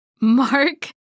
Mark